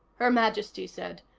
her majesty said,